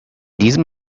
diesem